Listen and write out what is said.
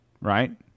right